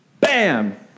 bam